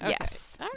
Yes